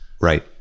Right